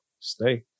Stay